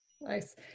Nice